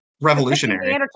revolutionary